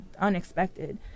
unexpected